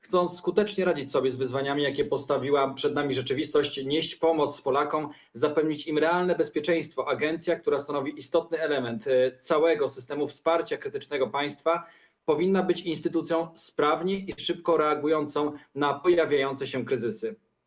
Chcąc skutecznie radzić sobie z wyzwaniami, jakie postawiła przed nami rzeczywistość, nieść pomoc Polakom, zapewnić im realne bezpieczeństwo, agencja, która stanowi istotny element całego systemu wsparcia krytycznego państwa, powinna być instytucją sprawnie i szybko reagującą na pojawiające się kryzysy.